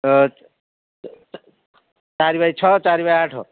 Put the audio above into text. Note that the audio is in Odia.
ତ ଚାରି ବାଇ ଛଅ ଚାରି ବାଇ ଆଠ